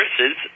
versus